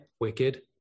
wicked